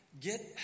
Get